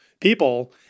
People